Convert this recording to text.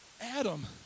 Adam